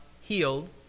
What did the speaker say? healed